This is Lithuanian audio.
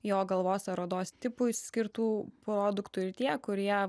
jo galvos ar odos tipui skirtų produktų ir tie kurie